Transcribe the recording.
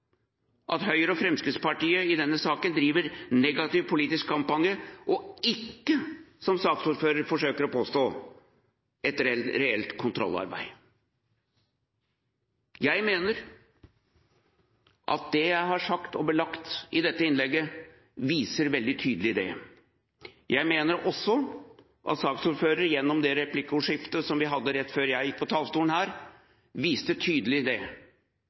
at Høyre og Fremskrittspartiet i denne saken driver negativ politisk kampanje, og ikke, som saksordføreren forsøker å påstå, et reelt kontrollarbeid. Jeg mener at det jeg har sagt og belagt i dette innlegget, viser det veldig tydelig. Jeg mener også at saksordføreren gjennom det replikkordskiftet som vi hadde rett før jeg gikk på talerstolen her, viste det tydelig